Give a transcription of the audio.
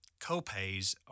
copays